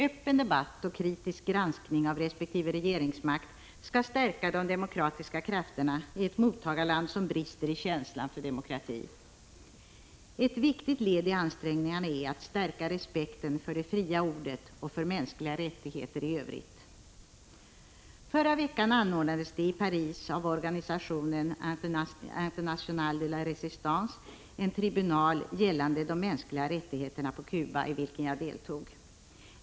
Öppen debatt och kritisk granskning av resp. regeringsmakt skall stärka de demokratiska krafterna i ett mottagarland som brister i känslan för demokrati. Ett vikigt led i ansträngningarna är att stärka respekten för det fria ordet och för mänskliga rättigheter i övrigt. Förra veckan anordnades det i Paris av organisationen Internationale de la Resistance en tribunal gällande de mänskliga rättigheterna på Cuba, i vilken jag deltog.